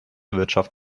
wirtschaft